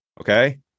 Okay